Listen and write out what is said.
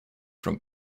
for